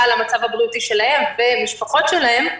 למצב הבריאותי שלהם ושל בני משפחותיהם.